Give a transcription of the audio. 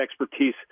expertise